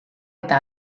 eta